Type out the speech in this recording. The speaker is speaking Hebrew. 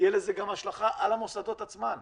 תהיה לזה השלכה גם על המוסדות עצמם.